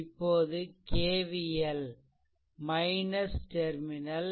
இப்போது KVL terminal